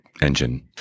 engine